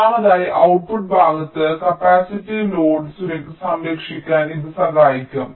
മൂന്നാമതായി ഔട്ട്പുട്ട് ഭാഗത്ത് capacitive load സംരക്ഷിക്കാൻ ഇത് സഹായിക്കും